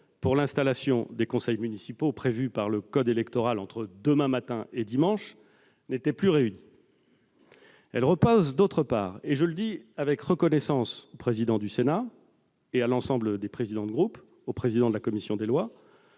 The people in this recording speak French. pour l'installation des conseils municipaux, prévue par le code électoral entre demain matin et dimanche, n'étaient plus réunies, et, d'autre part- j'exprime ici ma reconnaissance au président du Sénat, à l'ensemble des présidents de groupe et au président de la commission des lois